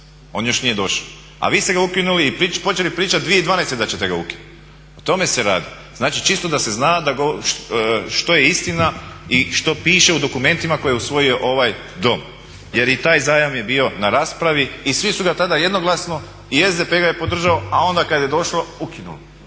on još nije došao. A vi ste ga ukinuli i počeli pričati 2012. da ćete ga ukinuti. O tome se radi. Znači, čisto da se zna što je istina i što piše u dokumentima koje je usvojio ovaj Dom. Jer i taj zajam je bio na raspravi i svi su ga tada jednoglasno i SDP ga je podržao, a onda kad je došao ukinuo.